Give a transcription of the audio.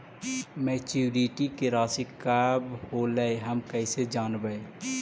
Maturity के रासि कब होलै हम कैसे जानबै?